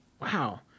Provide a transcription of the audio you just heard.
Wow